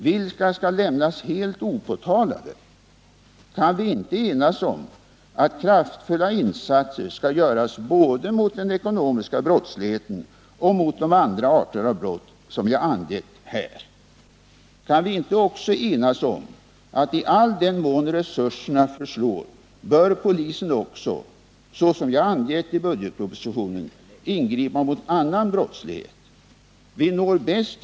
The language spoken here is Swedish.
Vilka skall lämnas helt opåtalade? Kan vi inte enas om att kraftfulla insatser skall göras både mot den ekonomiska brottsligheten och mot de andra arter av brott som jag här har angivit? Kan vi inte också enas om att polisen, i all den mån resurserna förslår, också bör — såsom jag har angivit i budgetpropositionen — ingripa mot annan brottslighet?